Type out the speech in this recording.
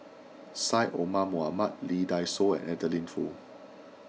Syed Omar Mohamed Lee Dai Soh and Adeline Foo